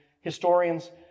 historians